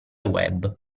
web